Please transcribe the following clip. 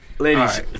Ladies